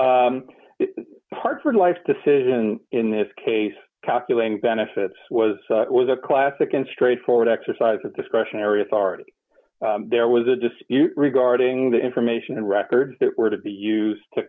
the hartford life decision in this case calculating benefits was it was a classic and straightforward exercise of discretionary authority there was a dispute regarding the information and records that were to be used to